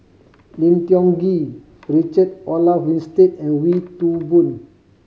Lim Tiong Ghee Richard Olaf Winstedt and Wee Toon Boon